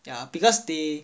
ya because they